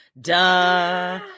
duh